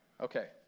Okay